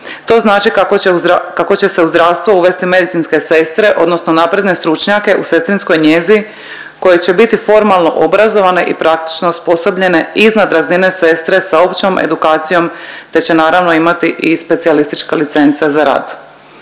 To znači kako će se u zdravstvo uvesti medicinske sestre, odnosno napredne stručnjake u sestrinskoj njezi koje će biti formalno obrazovane i praktično osposobljene iznad razine sestre sa općom edukacijom, te će naravno imati i specijalistička licenca za rad.